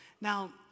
Now